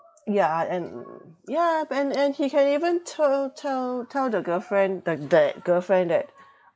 yeah and yeah and and he can even tell tell tell the girlfriend the that girlfriend that